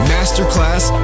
Masterclass